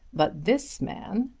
but this man,